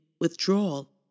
withdrawal